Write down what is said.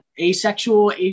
asexual